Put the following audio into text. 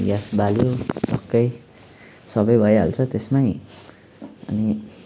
gas बाल्यो टक्कै सबै भइहाल्छ त्यसमै अनि